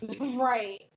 Right